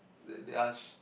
they they are sh~